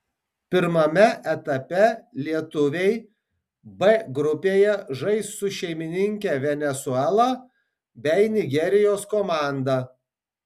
pirmame etape lietuviai b grupėje žais su šeimininke venesuela bei nigerijos komanda